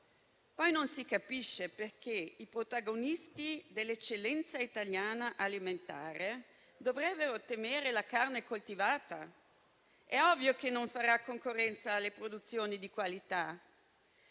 Poi non si capisce perché i protagonisti dell'eccellenza italiana alimentare dovrebbero temere la carne coltivata: è ovvio che non farà concorrenza alle produzioni di qualità.